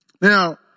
Now